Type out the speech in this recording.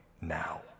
now